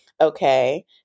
okay